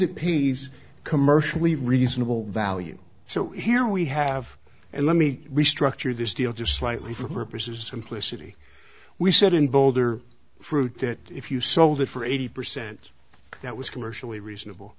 it pays commercially reasonable value so here we have and let me restructure this deal just slightly from purposes simplicity we said in boulder fruit that if you sold it for eighty percent that was